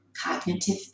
Cognitive